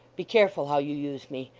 be careful how you use me.